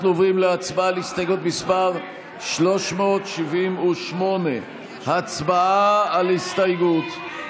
אנחנו עוברים להצבעה על הסתייגות מס' 378. הצבעה על הסתייגות.